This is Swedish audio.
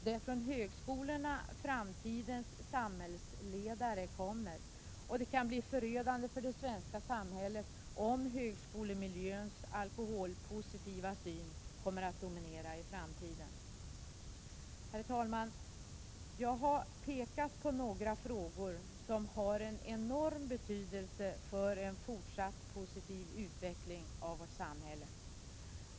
Det är från högskolorna framtidens samhällsledare kommer, och det kan bli förödande för det svenska samhället om högskolemiljöns alkoholpositiva syn kommer att dominera i framtiden. Herr talman! Jag har pekat på några frågor som har en enorm betydelse för en fortsatt positiv utveckling av vårt samhälle.